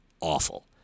awful